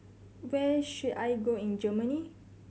where should I go in Germany